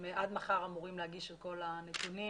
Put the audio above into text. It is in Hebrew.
עד מחר הם אמורים להגיש את כל הנתונים